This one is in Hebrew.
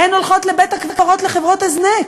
הן הולכות לבית-הקברות לחברות הזנק,